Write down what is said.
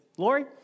Lori